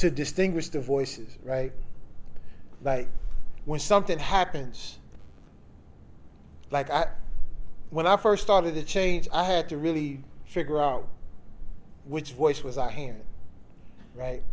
to distinguish the voices right like when something happens like i when i first started to change i had to really figure out which voice was i hand